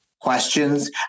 questions